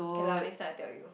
can lah next time I tell you